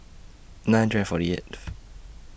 nine hundred and forty eighth